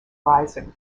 rising